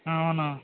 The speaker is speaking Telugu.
అవును